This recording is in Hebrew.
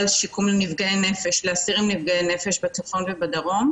השיקום לאסירים נפגעי נפש בצפון ובדרום.